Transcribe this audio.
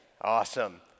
Awesome